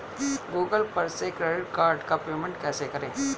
Google पर से credit card का पेमेंट कैसे करें?